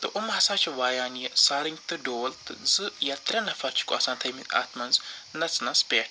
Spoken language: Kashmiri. تہٕ یِم ہَسا چھِ وایان یہِ سارٔنٛگۍ تہٕ ڈول تہٕ زٕ یا ترٛےٚ نفر چھِکھ آسان تھٲمِتۍ اَتھ منٛز نژنَس پٮ۪ٹھ